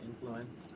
influence